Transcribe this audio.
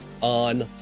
on